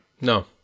No